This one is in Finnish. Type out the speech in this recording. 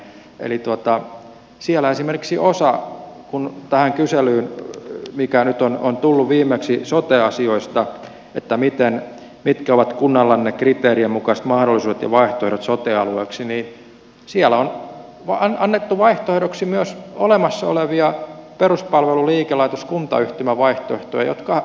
eli siellä esimerkiksi tähän kyselyyn mikä nyt on tullut viimeksi sote asioista että mitkä ovat kunnalla ne kriteerien mukaiset mahdollisuudet ja vaihtoehdot sote alueeksi on annettu vaihtoehdoksi myös olemassa olevia peruspalvelu liikelaitos kuntayhtymävaihtoehtoja